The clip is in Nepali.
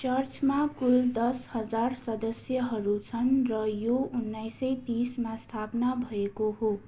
चर्चमा कुल दस हजार सदस्यहरू छन् र यो उन्नाइस सय तिसमा स्थापना भएको हो